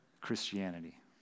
Christianity